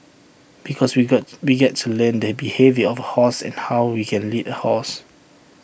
because we got we get to learn the behaviour of horse and how we can lead A horse